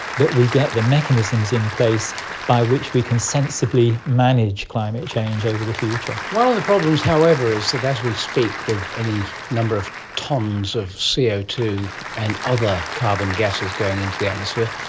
that we get the mechanisms in place by which we can sensibly manage climate change over the future. one of the problems however is that as we speak with any number of tonnes of c o two and other carbon gases going into the atmosphere,